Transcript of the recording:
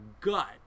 gut